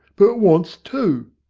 but it wants two.